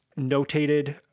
notated